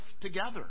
together